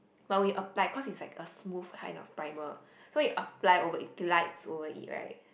while we apply cause it's like a smooth kind of primer so you apply it glides over it right